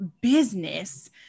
business